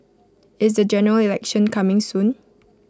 is the General Election coming soon